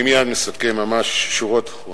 אני מייד מסכם, ממש שורות אחרונות.